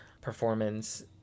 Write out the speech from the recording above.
performance